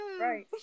Right